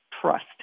trust